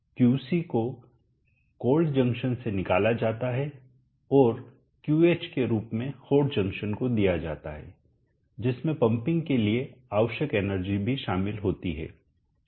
QC को cold junction से निकाला जाता है और क्यूएच के रूप में हॉट जंक्शन को दिया जाता है जिसमें पंपिंग के लिए आवश्यक एनर्जी भी शामिल होती है